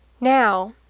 Now